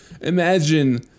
imagine